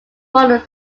models